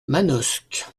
manosque